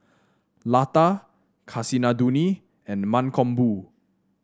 Lata Kasinadhuni and Mankombu